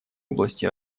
области